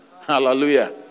Hallelujah